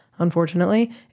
Unfortunately